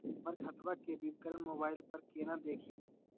हमर खतवा के विवरण मोबाईल पर केना देखिन?